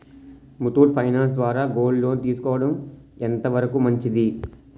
Muthoot finance ద్వారా gold loan తీసుకోవడం ఎంత వరకు మంచిది?